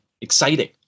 exciting